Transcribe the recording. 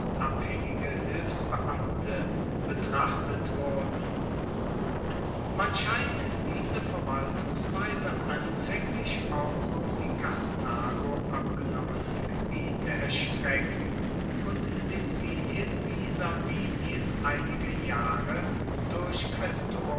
abhaengige hilfsbeamte betrachtet wurden man scheint diese verwaltungsweise anfaenglich auch auf die karthago abgenommenen gebiete erstreckt und sizilien wie sardinien einige jahre durch